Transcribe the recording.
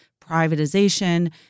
privatization